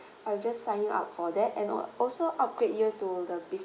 I'll just sign you up for that and o~ also upgrade you to the